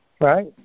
right